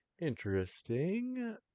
Interesting